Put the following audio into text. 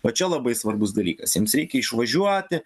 o čia labai svarbus dalykas jiems reikia išvažiuoti